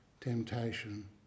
temptation